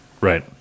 right